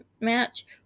match